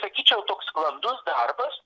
sakyčiau toks sklandus darbas